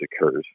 occurs